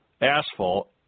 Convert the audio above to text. asphalt